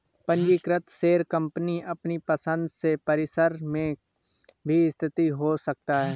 पंजीकृत share company अपनी पसंद के परिसर में भी स्थित हो सकता है